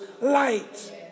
light